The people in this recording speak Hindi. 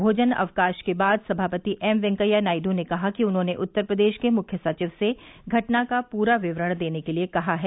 भोजनावकाश के बाद सभापति एम वेंकैया नायडू ने कहा कि उन्होंने उत्तर प्रदेश के मुख्य सचिव से घटना का पूरा विवरण देने के लिए कहा है